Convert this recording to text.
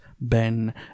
ben